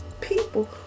people